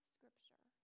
Scripture